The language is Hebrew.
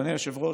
אדוני היושב-ראש,